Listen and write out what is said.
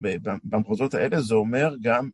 ובמחוזות האלה זה אומר גם